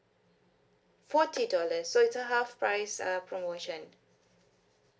forty dollars so it's a half price uh promotion